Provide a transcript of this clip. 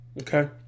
Okay